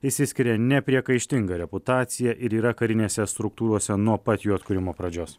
išsiskiria nepriekaištinga reputacija ir yra karinėse struktūrose nuo pat jų atkūrimo pradžios